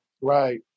Right